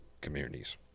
communities